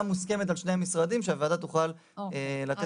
מוסכמת על שני המשרדים שהוועדה תוכל לראות.